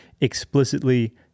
explicitly